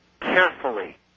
carefully